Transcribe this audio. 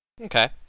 Okay